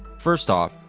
first off,